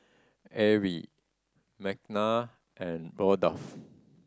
Arrie Makenna and Rudolph